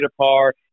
par